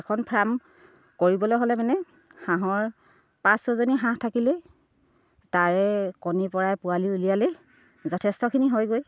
এখন ফাৰ্ম কৰিবলৈ হ'লে মানে হাঁহৰ পাঁচ ছজনী হাঁহ থাকিলেই তাৰে কণীৰ পৰাই পোৱালি উলিয়ালেই যথেষ্টখিনি হয়গৈ